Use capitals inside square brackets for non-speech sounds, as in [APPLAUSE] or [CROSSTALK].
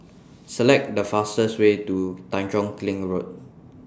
[NOISE] Select The fastest Way to Tanjong Kling Road